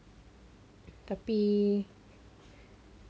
tapi